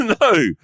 No